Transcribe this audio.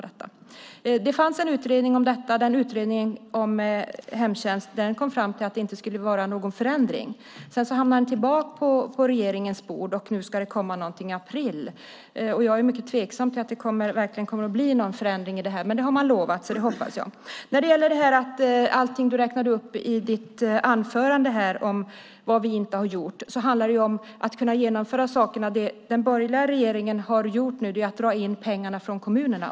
Det fanns en utredning om detta, utredningen om hemtjänst, som kom fram till att det inte skulle ske någon förändring. Sedan hamnade den tillbaka på regeringens bord, och nu ska det komma någonting i april. Jag är mycket tveksam till att det verkligen kommer att bli någon förändring, men det har man lovat, så det hoppas jag. När det gäller allting du räknade upp i ditt anförande om vad vi inte har gjort handlar det om att kunna genomföra saker. Det som den borgerliga regeringen har gjort nu är att dra in pengar från kommunerna.